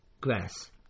grass